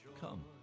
come